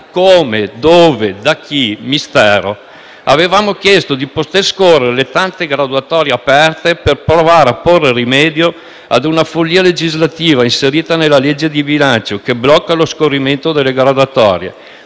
come, dove, da chi? Mistero. Avevamo chiesto di poter scorrere le tante graduatorie aperte per provare a porre rimedio a una follia legislativa inserita nella legge di bilancio che blocca lo scorrimento delle graduatorie.